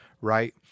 Right